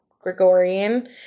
Gregorian